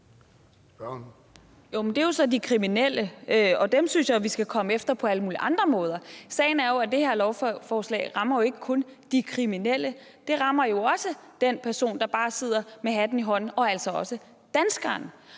Jo, men det er jo så de kriminelle, og dem synes jeg vi skal komme efter på alle mulige andre måder. Sagen er jo, at det her lovforslag ikke kun rammer de kriminelle, det rammer også den person, der bare sidder med hatten i hånden, og altså også danskeren.